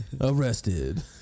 arrested